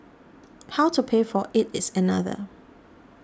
how to pay for it is another